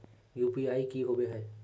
UPI की होबे है?